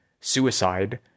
suicide